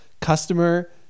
customer